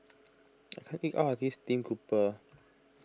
I can't eat all of this Stream Grouper